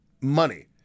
money